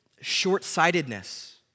short-sightedness